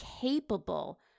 capable